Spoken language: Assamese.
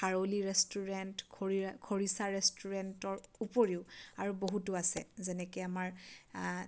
খাৰলি ৰেষ্টুৰেণ্ট খৰিচা ৰেষ্টুৰেণ্টৰ উপৰিও আৰু বহুতো আছে যেনেকৈ আমাৰ